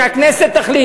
שהכנסת תחליט,